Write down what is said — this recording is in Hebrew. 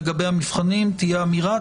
לגבי המבחנים תהיה אמירה,